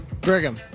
Brigham